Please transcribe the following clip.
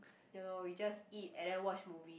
you know we just eat and then watch movie